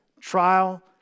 trial